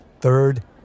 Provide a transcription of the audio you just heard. third